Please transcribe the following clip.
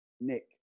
Nick